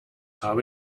habe